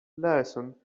liaison